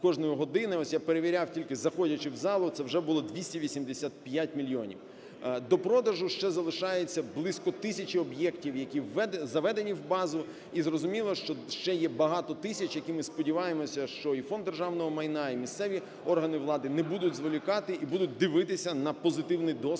кожної години. Ось я перевіряв тільки, заходячи в залу, це вже було 285 мільйонів. До продажу ще залишається близько тисячі об'єктів, які заведені в базу. І зрозуміло, що є ще багато тисяч, які, ми сподіваємося, що і Фонд державного майна, і місцеві органи влади не будуть зволікати, і будуть дивитися на позитивний досвід,